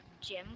gym